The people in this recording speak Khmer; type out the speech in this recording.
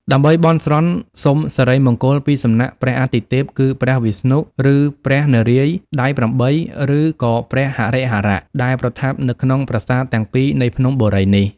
ដើម្បីបន់ស្រន់ សូមសិរីមង្គល ពី សំណាក់ព្រះអាទិទេព គឺព្រះវិស្ណុ ឬព្រះនរាយណ៍ដៃ៨ ឬក៏ព្រះហរិហរៈ ដែលប្រថាប់នៅក្នុង ប្រាសាទទាំងពីរនៃភ្នំបូរីនេះ ។